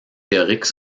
théoriques